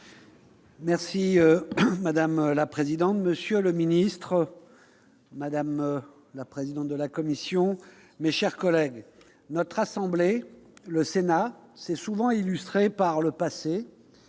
Madame la présidente, monsieur le ministre, madame la présidente de la commission, mes chers collègues, le Sénat s'est souvent illustré par le passé